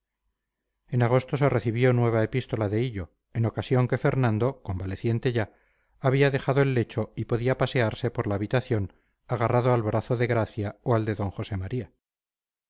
en agosto se recibió nueva epístola de hillo en ocasión que fernando convaleciente ya había dejado el lecho y podía pasearse por la habitación agarrado al brazo de gracia o al de d josé maría